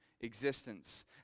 existence